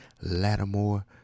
Lattimore